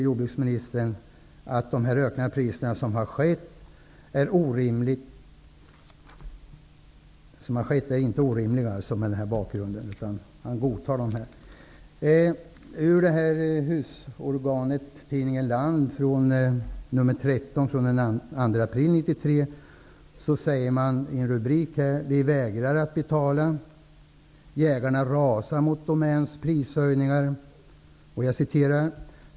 Jordbruksministern anser därför mot bakgrund av detta att de här ökade priserna inte är orimliga. sägs det i en rubrik: ''Vi vägrar att betala''. Tidningen fortsätter: ''Jägarna rasar mot Domäns prishöjningar.